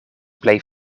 plej